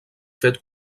fet